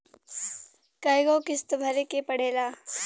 कय गो किस्त भरे के पड़ेला?